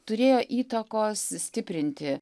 turėjo įtakos stiprinti